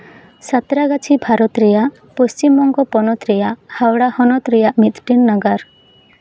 ᱥᱟᱸᱛᱨᱟᱜᱟᱹᱪᱷᱤ ᱵᱷᱟᱨᱚᱛ ᱨᱮᱭᱟᱜ ᱯᱚᱥᱪᱤᱢᱵᱚᱝᱜᱚ ᱯᱚᱱᱚᱛ ᱨᱮᱭᱟᱜ ᱦᱟᱣᱲᱟ ᱦᱚᱱᱚᱛ ᱨᱮᱭᱟᱜ ᱢᱤᱫᱴᱟᱱ ᱱᱟᱜᱟᱨ